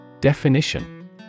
Definition